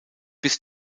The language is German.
bis